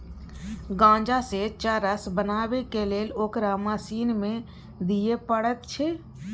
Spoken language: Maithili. गांजासँ चरस बनेबाक लेल ओकरा मशीन मे दिए पड़ैत छै